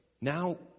now